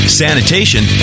sanitation